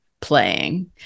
playing